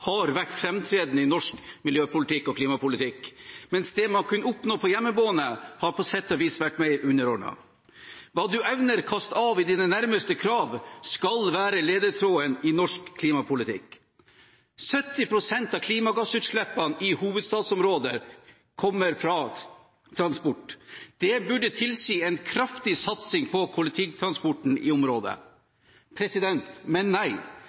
har vært framtredende i norsk miljø- og klimapolitikk, mens det man kunne oppnå på hjemmebane, har på sett og vis vært mer underordnet. «Hva du evner, kast av i det nærmeste krav» skal være ledetråden i norsk klimapolitikk. 70 pst. av klimagassutslippene i hovedstadsområdet kommer fra transport. Det burde tilsi en kraftig satsing på kollektivtransporten i området. Men nei,